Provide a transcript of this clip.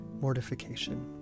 mortification